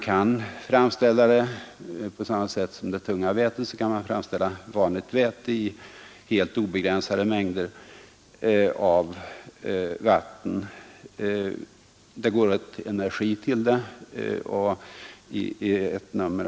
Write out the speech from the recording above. I likhet med tungt väte kan man framställa vanligt väte i helt obegränsade mängder av vatten. Det går åt energi till detta.